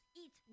eat